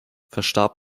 verstarb